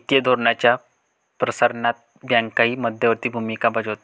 वित्तीय धोरणाच्या प्रसारणात बँकाही मध्यवर्ती भूमिका बजावतात